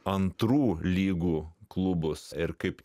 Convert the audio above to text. antrų lygų klubus ir kaip